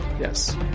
Yes